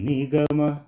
Nigama